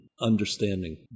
understanding